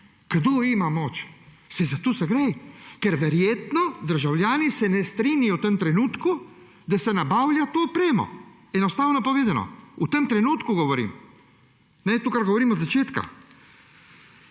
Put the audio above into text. Kdo ima moč? Saj za to gre, ker verjetno se državljani ne strinjajo v tem trenutku, da se nabavlja to opremo, enostavno povedano. V tem trenutku, govorim. To, kar govorim od začetka.